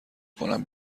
کنم